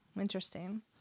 Interesting